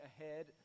ahead